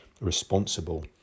responsible